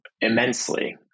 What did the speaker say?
immensely